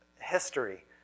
history